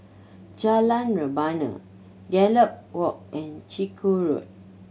Jalan Rebana Gallop Walk and Chiku Road